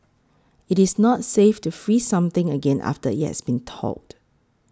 it is not safe to freeze something again after it has thawed